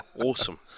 Awesome